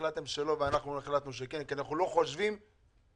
החלטתם שלא אבל אנחנו החלטנו שכן כי אנחנו לא חושבים שזה